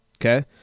Okay